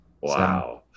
Wow